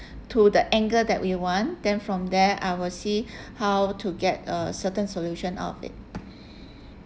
to the angle that we want then from there I will see how to get a certain solution out of it